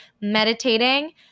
meditating